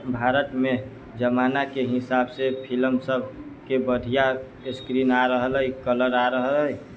भारतमे जमानाके हिसाबसँ फिल्मसभके बढ़िआँ स्क्रीन आ रहल अइ कलर आ रहल अइ